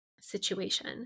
situation